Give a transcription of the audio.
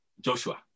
Joshua